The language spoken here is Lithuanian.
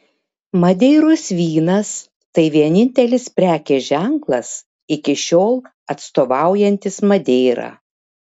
madeiros vynas tai vienintelis prekės ženklas iki šiol atstovaujantis madeirą